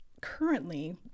currently